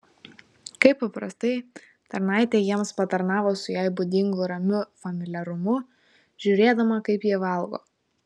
kaip paprastai tarnaitė jiems patarnavo su jai būdingu ramiu familiarumu žiūrėdama kaip jie valgo